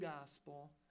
gospel